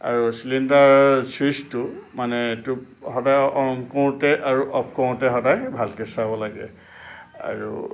আৰু চিলিণ্ডাৰ ছুইচটো মানে এইটো সদাই অ'ন কৰোঁতে আৰু অফ কৰোঁতে সদাই ভালকৈ চাব লাগে আৰু